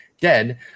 dead